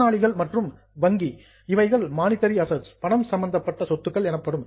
கடனாளிகள் மற்றும் வங்கி இவைகள் மானிட்டரி அசட்ஸ் பணம் சம்பந்தப்பட்ட சொத்துக்கள் எனப்படும்